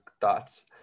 thoughts